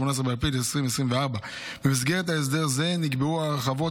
18 באפריל 2024. במסגרת הסדר זה נקבעו הרחבות